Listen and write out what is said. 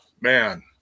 man